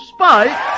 Spike